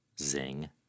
Zing